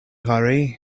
hurry